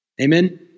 Amen